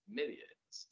millions